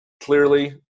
clearly